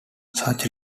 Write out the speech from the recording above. such